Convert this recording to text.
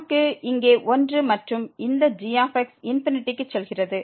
நமக்கு இங்கே 1 மற்றும் இந்த g க்கு செல்கிறது